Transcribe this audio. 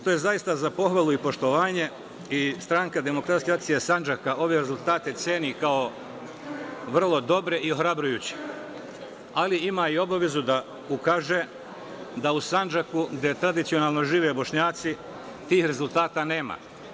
To je zaista za pohvalu i poštovanje i SDA Sandžaka ove rezultate ceni kao vrlo dobre i ohrabrujuće, ali ima i obavezu da ukaže da u Sandžaku, gde tradicionalno žive Bošnjaci, tih rezultata nema.